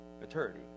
maturity